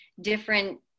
different